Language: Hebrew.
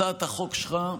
הצעת החוק שלך,